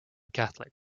catholic